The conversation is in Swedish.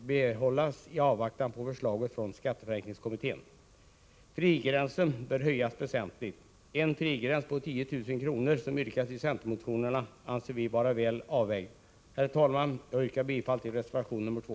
behållas, i avvaktan på skatteförenklingskommitténs förslag. Frigränsen bör höjas väsentligt. En frigräns på 10 000 kr. — som yrkas i centermotionen — anser vi vara väl avvägd. Herr talman! Jag yrkar bifall till reservation nr 2.